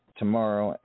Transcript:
tomorrow